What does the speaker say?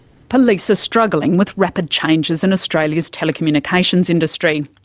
police are struggling with rapid changes in australia's telecommunications industry.